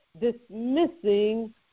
dismissing